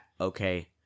okay